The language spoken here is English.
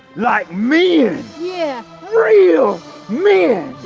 like men! yeah. real men!